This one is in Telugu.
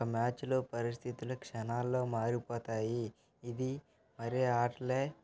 ఒక మ్యాచ్లో పరిస్థితులు క్షణాల్లో మారిపోతాయి ఇది మరి ఏ ఆటలో